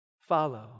follow